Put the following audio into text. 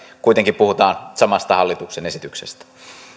kuitenkin puhutaan samasta hallituksen esityksestä